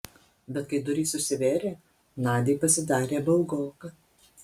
bet kai durys užsivėrė nadiai pasidarė baugoka